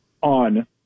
on